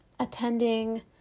attending